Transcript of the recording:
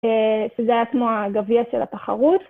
זה היה כמו הגביע של התחרות.